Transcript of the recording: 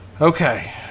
Okay